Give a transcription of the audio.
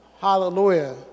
Hallelujah